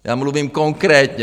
Já mluvím konkrétně.